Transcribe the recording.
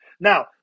Now